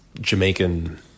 Jamaican